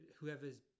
whoever's